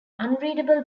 unreadable